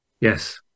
yes